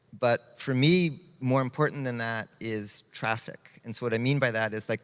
but for me, more important than that, is traffic. and so what i mean by that is, like